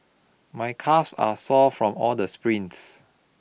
my calves are sore from all the sprints